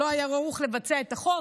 שלא היה ערוך לבצע את החוק.